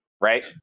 right